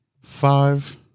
Five